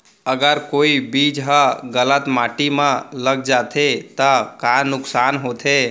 अगर कोई बीज ह गलत माटी म लग जाथे त का नुकसान होथे?